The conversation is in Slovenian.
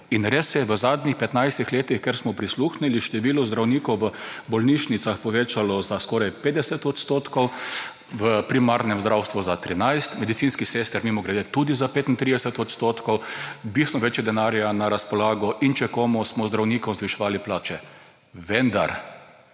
In res je, v zadnjih 15 letih ker smo prisluhnili številu zdravnikov v bolnišnicah povečalo za skoraj 50 %, v primarnem zdravstvu za 13, medicinskih sester mimogrede tudi za 35 %. Bistveno več je denarja na razpolago. In če komu, smo zdravnikom zviševali plače. Vendar